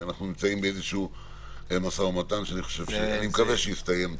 אנחנו נמצאים במשא ומתן ואני מקווה שיסתיים היטב.